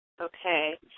Okay